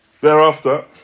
Thereafter